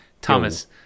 Thomas